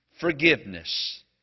Forgiveness